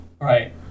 Right